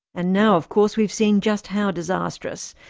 and now of course we've seen just how disastrous.